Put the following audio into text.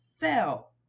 fell